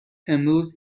امروز